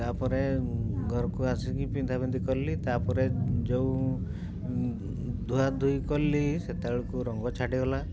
ତା'ପରେ ଘରକୁ ଆସିକି ପିନ୍ଧାପିନ୍ଧି କଲି ତା'ପରେ ଯୋଉ ଧୁଆଧୁଇ କଲି ସେତେବେଳକୁ ରଙ୍ଗ ଛାଡ଼ିଗଲା